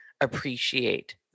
appreciate